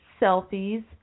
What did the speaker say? selfies